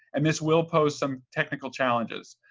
and this will post some technical challenges.